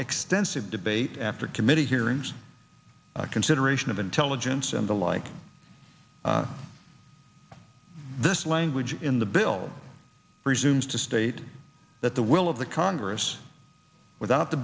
extensive debate after committee hearings consideration of intelligence and the like this language in the bill presumes to state that the will of the congress without the